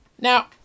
Now